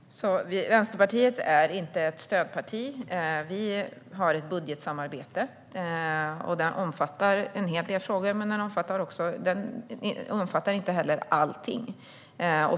Herr talman! Vänsterpartiet är inte ett stödparti. Vi har ett budgetsamarbete som omfattar en hel del frågor men inte allt.